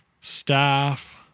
staff